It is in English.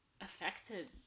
affected